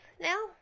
Now